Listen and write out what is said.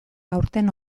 aurten